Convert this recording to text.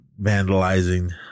vandalizing